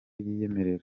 yiyemerera